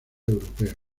europeo